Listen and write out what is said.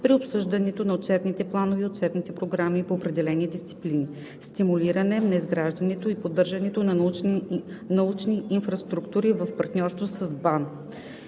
при обсъждането на учебните планове и учебните програми по определени дисциплини. - Стимулиране на изграждането и поддържането на научни инфраструктури в партньорство с БАН